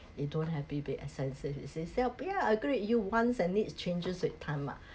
you don't have to be expensive you say ya I agree you wants and needs changes with time mah